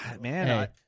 Man